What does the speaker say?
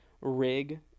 rig